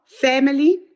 family